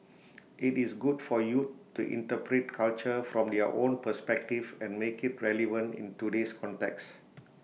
IT is good for youth to interpret culture from their own perspective and make IT relevant in today's context